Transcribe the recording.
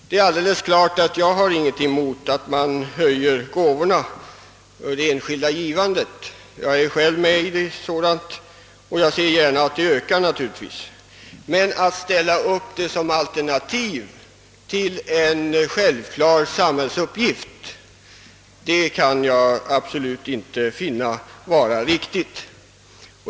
Jag har naturligtvis ingenting emot att man ökar de enskilda gåvorna — jag är själv med i verksamheten och ser gärna att den ökar — men att ställa upp det som alternativ till en självklar samhällsuppgift kan jag absolut inte finna vara riktigt.